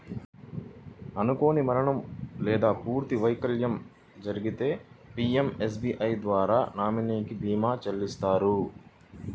అనుకోని మరణం లేదా పూర్తి వైకల్యం జరిగితే పీయంఎస్బీఐ ద్వారా నామినీకి భీమాని చెల్లిత్తారు